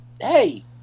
Hey